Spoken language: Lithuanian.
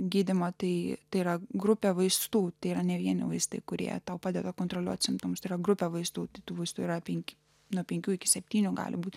gydymo tai tai yra grupė vaistų tėra ne vieni vaistai kurie tau padeda kontroliuoti simptomus yra grupė vaistų kitų vaistų yra penki nuo penkių iki septynių gali būti